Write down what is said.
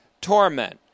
torment